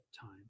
time